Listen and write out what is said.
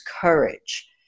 courage